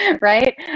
right